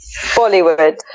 Bollywood